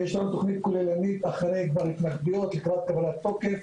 יש לנו תכנית כוללנית אחרי כבר התנגדויות לקראת קבלת תוקף,